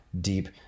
deep